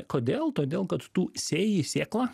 kodėl todėl kad tu sėjai sėklą